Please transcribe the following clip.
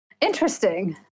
interesting